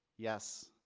yes,